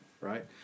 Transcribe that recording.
right